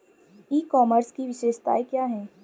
ई commerce की विशेषताएं क्या हैं?